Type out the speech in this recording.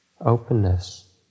openness